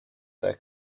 their